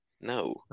no